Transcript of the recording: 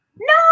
No